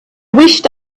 wished